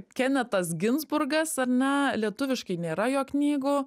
kenetas ginzburgas ar ne lietuviškai nėra jo knygų